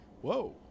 Whoa